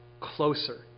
closer